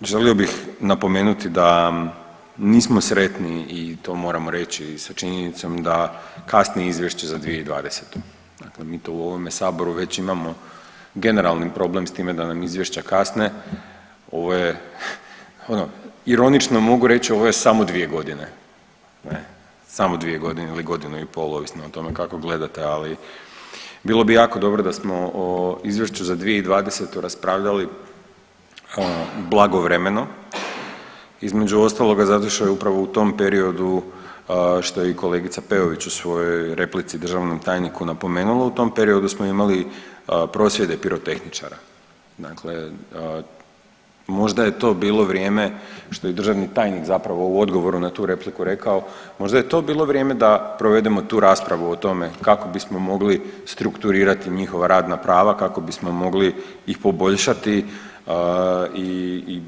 Prije svega želio bih napomenuti da nismo sretni i to moramo reći i sa činjenicom da kasni izvješće za 2020., dakle mi to u ovome saboru već imamo generalni problem s time da nam izvješća kasne u ove ono ironično mogu reć ovo je samo 2.g. ne, samo 2.g. ili godinu i pol ovisno o tome kako gledate, ali bilo bi jako dobro da smo o izvješću za 2020. raspravljali blagovremeno, između ostaloga zato što je upravo u tom periodu, što je i kolegica Peović u svojoj replici državnom tajniku napomenula, u tom periodu smo imali prosvjede pirotehničara, dakle možda je to bilo vrijeme, što je i državni tajnik zapravo u odgovoru na tu repliku rekao, možda je to bilo vrijeme da provedemo tu raspravu o tome kako bismo mogli strukturirati njihova radna prava, kako bismo mogli ih poboljšati i